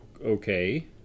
Okay